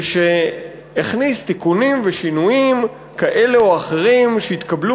ושהכניס תיקונים ושינויים כאלה או אחרים שהתקבלו